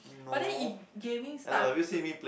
but then if gaming start to